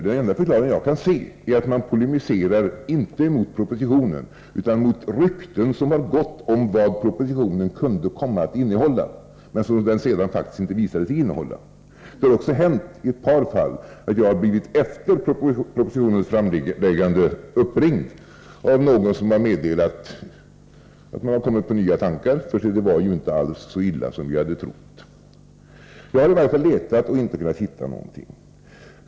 Den enda förklaring jag kan se är att man polemiserar inte mot propositionen utan mot rykten som har gått om det som propositionen kunde komma att innehålla men som den sedan faktiskt visar sig inte innehålla. Det har också hänt i ett par fall efter propositionens framläggande att jag har blivit uppringd av någon som har meddelat att man har kommit på nya tankar, för det var ju inte alls så illa som man hade trott. Jag har i varje fall letat och inte kunnat hitta någonting.